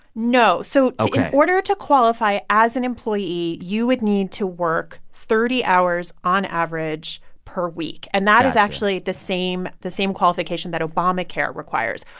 no. so in order to qualify as an employee, you would need to work thirty hours on average per week gotcha and that is actually the same the same qualification that obamacare requires.